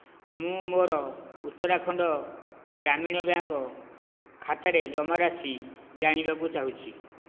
ମୁଁ ମୋର ଉତ୍ତରାଖଣ୍ଡ ଗ୍ରାମୀଣ ବ୍ୟାଙ୍କ ଖାତାରେ ଜମାରାଶି ଜାଣିବାକୁ ଚାହୁଁଛି